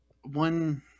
one